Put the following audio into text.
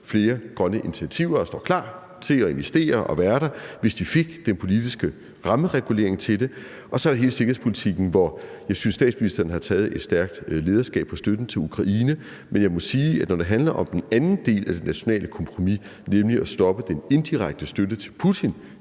flere grønne initiativer og står klar til at investere og være der, hvis de fik den politiske rammeregulering til det. Og så er der hele sikkerhedspolitikken, hvor jeg synes, statsministeren har taget et stærkt lederskab i forhold til støtten til Ukraine. Men jeg må sige, at når det handler om den anden del af det nationale kompromis – nemlig at stoppe den indirekte støtte til Putin